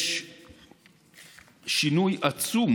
יש שינוי עצום